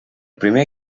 primer